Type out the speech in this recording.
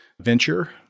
venture